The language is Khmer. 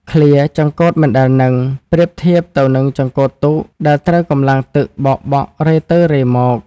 ឃ្លា «ចង្កូតមិនដែលនឹង» ប្រៀបធៀបទៅនឹងចង្កូតទូកដែលត្រូវកម្លាំងទឹកបោកបក់រេទៅរេមក។